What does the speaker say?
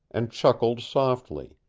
and chuckled softly.